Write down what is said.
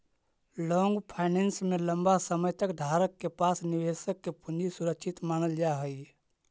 long finance में लंबा समय तक धारक के पास निवेशक के पूंजी सुरक्षित मानल जा हई